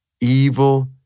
evil